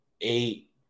eight